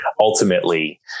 ultimately